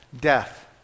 death